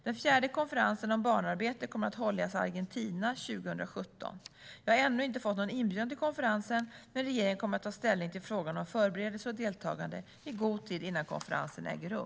Den fjärde konferensen om barnarbete kommer att hållas i Argentina 2017. Jag har ännu inte fått någon inbjudan till konferensen, men regeringen kommer ta ställning till frågan om förberedelser och deltagande i god tid innan konferensen äger rum.